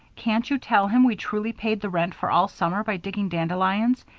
cant you tell him we truly paid the rent for all summer by digging dandelions.